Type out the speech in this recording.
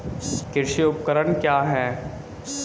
कृषि उपकरण क्या है?